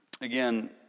Again